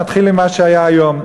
נתחיל עם מה שהיה היום.